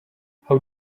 how